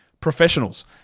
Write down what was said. professionals